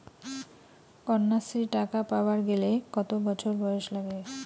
কন্যাশ্রী টাকা পাবার গেলে কতো বছর বয়স লাগে?